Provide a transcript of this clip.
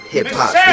Hip-Hop